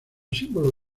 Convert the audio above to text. símbolo